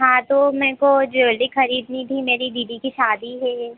हाँ तो मेरे को ज्वेलरी ख़रीदनी थी मेरी दीदी की शादी है